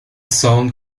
son